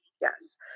Yes